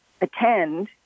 attend